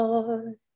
Lord